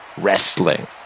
wrestling